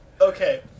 Okay